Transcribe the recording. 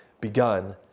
begun